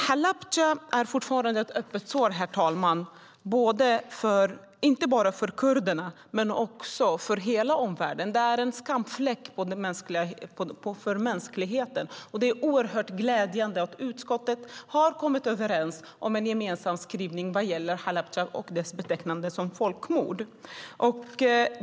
Halabja är fortfarande ett öppet sår, herr talman, inte bara för kurderna utan för hela omvärlden. Det är en skamfläck för mänskligheten. Det är oerhört glädjande att utskottet har kommit överens om en gemensam skrivning vad gäller Halabja och dess betecknande som folkmord.